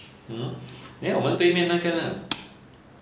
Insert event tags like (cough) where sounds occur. hmm there 我们对面那个 (noise)